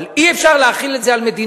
אבל אי-אפשר להחיל את זה על מדינה.